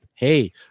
hey